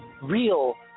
real